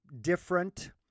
different